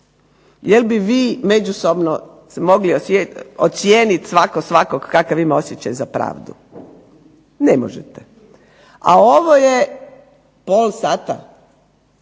Jel bi vi međusobno mogli ocijeniti svatko svakog kakav ima osjećaj za pravdu? Ne možete. A ovo je pol sata,